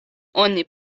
oni